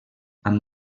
amb